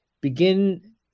begin